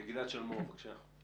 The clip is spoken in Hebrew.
גלעד שלמור, בבקשה.